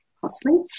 costly